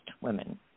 women